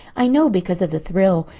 i know because of the thrill.